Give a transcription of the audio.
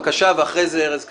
ולאחר מכן ארז קמיניץ.